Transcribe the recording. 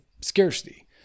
scarcity